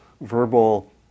verbal